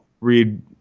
read